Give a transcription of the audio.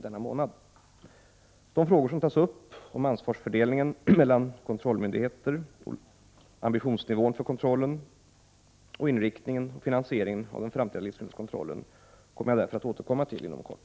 De frågor som tas upp om ansvarsfördelningen mellan olika kontrollmyndigheter, ambitionsnivån för kontrollen samt inriktningen och finansieringen av den framtida livsmedelskontrollen kommer jag därför att återkomma till inom kort.